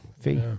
fee